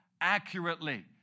accurately